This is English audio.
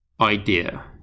idea